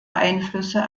einflüsse